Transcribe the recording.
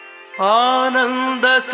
Ananda